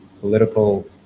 political